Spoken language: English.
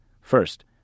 First